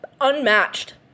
unmatched